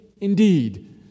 indeed